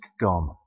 gone